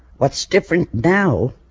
what's different now